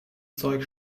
zeug